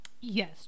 Yes